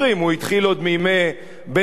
הוא התחיל עוד בימי בן-גוריון,